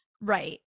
Right